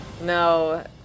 No